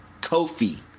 Kofi